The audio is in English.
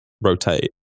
rotate